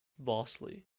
vastly